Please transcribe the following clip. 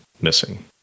missing